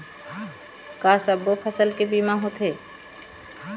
का सब्बो फसल के बीमा होथे?